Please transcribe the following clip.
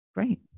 Great